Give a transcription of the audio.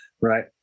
right